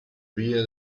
via